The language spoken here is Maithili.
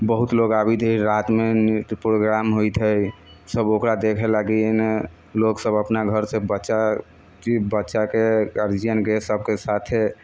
बहुत लोक आबैत हइ रातिमे नित प्रोग्राम होइत हइ सब ओकरा देखै लागी हइ ने लोकसब अपना घरसँ बच्चा बच्चाके गार्जियनके सबके साथे